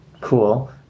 cool